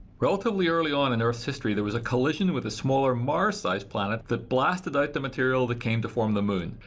relatively early on in earth's history there was a collision with a smaller mars-sized planet that blasted out the material that came to form the moon.